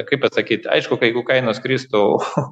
kaip pasakyt aišku kad jeigu kainos kristų